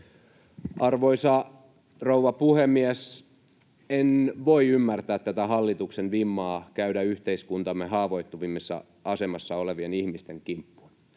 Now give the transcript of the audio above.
Arvoisa rouva puhemies! En voi ymmärtää tätä hallituksen vimmaa käydä yhteiskuntamme haavoittuvimmassa asemassa olevien ihmisten kimppuun.